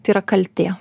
tai yra kaltė